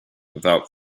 without